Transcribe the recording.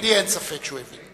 לי אין ספק שהוא הבין.